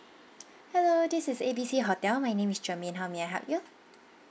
hello this is A B C hotel my name is germaine how may I help you